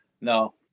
no